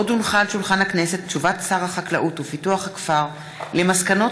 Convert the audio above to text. הודעת שר החקלאות ופיתוח הכפר על מסקנות